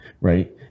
right